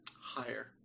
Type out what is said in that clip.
Higher